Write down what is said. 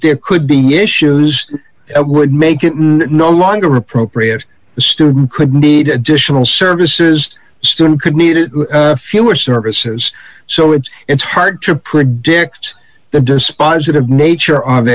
there could be issues that make it no longer appropriate the student could need additional services student could need it fewer services so it's it's hard to predict the dispositive nature of